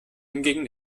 hingegen